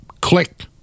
Click